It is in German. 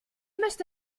müsste